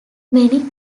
many